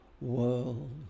world